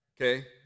Okay